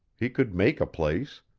he could make a place.